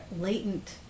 latent